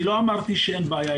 לא אמרתי שאין בעיה.